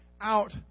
out